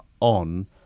on